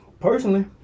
Personally